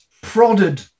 prodded